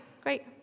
great